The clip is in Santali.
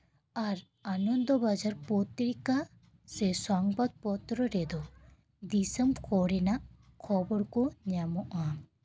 ᱟᱨ ᱟᱱᱚᱱᱫᱚᱵᱟᱡᱟᱨ ᱯᱚᱛᱛᱨᱤᱠᱟ ᱥᱮ ᱥᱚᱝᱵᱟᱫ ᱨᱮᱫᱚ ᱫᱤᱥᱚᱢ ᱠᱚᱨᱮᱱᱟᱜ ᱠᱷᱚᱵᱚᱨ ᱠᱚ ᱧᱟᱢᱚᱜᱼᱟ